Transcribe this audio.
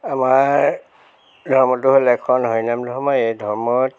আমাৰ ধৰ্মটো হ'ল এক শৰণ হৰিনাম ধৰ্ম এই ধৰ্মত